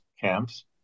camps